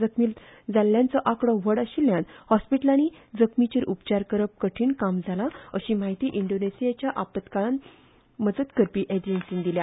जखमी जाल्ल्यांचो आंकडो व्हड आशिल्ल्यान हॉस्पिटलांनी जखमींचेर उपचार करप कठीण जालां अशी माहिती अंडोनेशियाच्या आपतकालीन मजत करपी गटान दिली